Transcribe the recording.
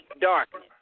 darkness